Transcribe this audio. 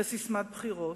לססמת בחירות,